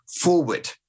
forward